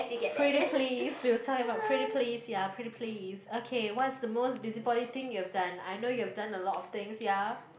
pretty please we'll time out pretty please ya pretty please okay what's the most busybody thing you've done I know you've done a lot of things ya